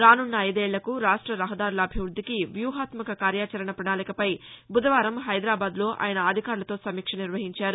రానున్న ఐదేళ్లకు రాష్ట రహదారుల అభివృద్దికి వ్యూహాత్మక కార్యాచరణ ప్రణాళికపై బుధవారం హైదరాబాద్లో ఆయన అధికారులతో సమీక్ష నిర్వహించారు